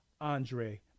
Andre